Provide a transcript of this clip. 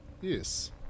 yes